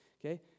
Okay